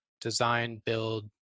design-build